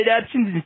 options